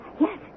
yes